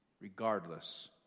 regardless